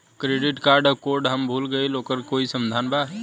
Credit card क code हम भूल गइली ओकर कोई समाधान बा?